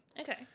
Okay